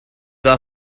are